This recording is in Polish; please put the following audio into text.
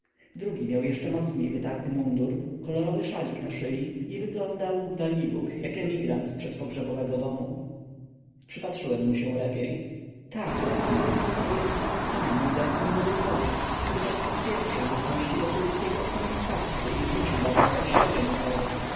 drugi miał jeszcze mocniej wytarty mundur kolorowy szalik na szyi i wyglądał dalibóg jak emigrant z przed pogrzebowego domu przypatrzyłem mu się lepiej tak to on to jest ten sam mizerny młody człowiek który podczas pierwszej bytności wokulskiego u pani stawskiej rzucił baronowej śledzia na głowę